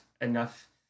enough